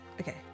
Okay